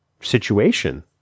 situation